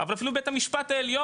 אבל אפילו בית המשפט העליון,